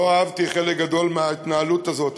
לא אהבתי חלק גדול מההתנהלות הזאת.